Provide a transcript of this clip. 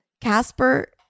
Casper